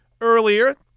earlier